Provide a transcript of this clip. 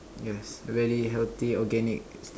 yes very healthy organic